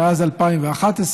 מאז 2011,